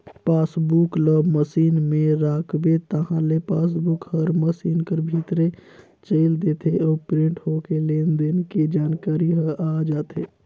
passbook ल मसीन में राखबे ताहले पासबुक हर मसीन कर भीतरे चइल देथे अउ प्रिंट होके लेन देन के जानकारी ह आ जाथे